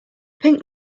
pink